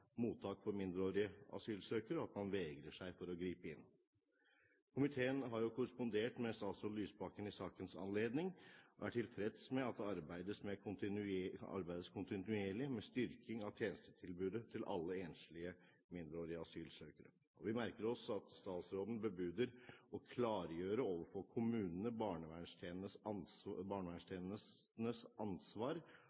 mottak for mindreårige asylsøkere, og at man vegrer seg for å gripe inn. Komiteen har jo korrespondert med statsråd Lysbakken i sakens anledning og er tilfreds med at det arbeides kontinuerlig med styrking av tjenestetilbudet til alle enslige mindreårige asylsøkere. Og vi merker oss at statsråden bebuder å klargjøre overfor kommunene